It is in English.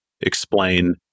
explain